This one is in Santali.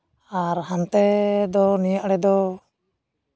ᱟᱨ ᱦᱟᱱᱛᱮ ᱫᱚ ᱱᱤᱭᱟᱹ ᱟᱲᱮ ᱫᱚ